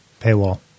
Paywall